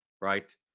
Right